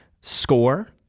SCORE